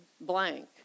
Blank